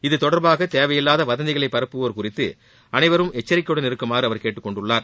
இதுதொடர்பாக தேவையில்லாத வதந்திகளை பரப்புவோர் குறித்து அனைவரும் எச்சரிக்கையுடன் இருக்குமாறு அவர் கேட்டுக் கொண்டுள்ளார்